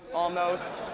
almost.